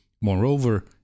Moreover